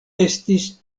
estis